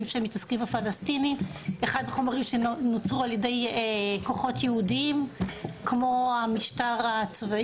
אני פרופסור בחוג ללימודי האסלאם והמזרח התיכון באוניברסיטה